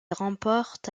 remporte